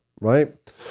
right